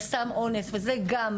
לסם אונס וזה גם,